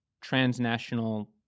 transnational